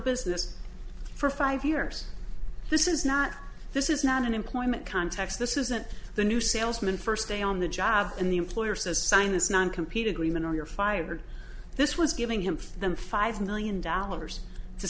business for five years this is not this is not an employment context this isn't the new salesman first day on the job and the employer says sign this non compete agreement or you're fired this was giving him them five million